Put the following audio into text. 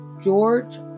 George